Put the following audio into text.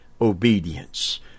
obedience